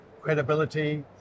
credibility